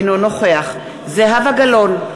אינו נוכח זהבה גלאון,